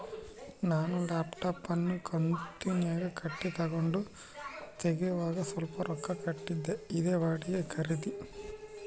ನಾನು ಲ್ಯಾಪ್ಟಾಪ್ ಅನ್ನು ಕಂತುನ್ಯಾಗ ಕಟ್ಟಿ ತಗಂಡೆ, ತಗೋವಾಗ ಸ್ವಲ್ಪ ರೊಕ್ಕ ಕೊಟ್ಟಿದ್ದೆ, ಇದೇ ಬಾಡಿಗೆ ಖರೀದಿ